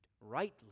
rightly